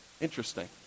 Interesting